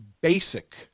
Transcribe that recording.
basic